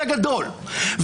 גדלנו באותה עיר